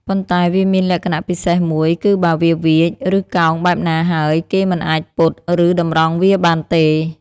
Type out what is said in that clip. ប៉ុន្តែវាមានលក្ខណៈពិសេសមួយ គឺបើវាវៀច ឬកោងបែបណាហើយ គេមិនអាចពត់ ឬតម្រង់វាបានទេ។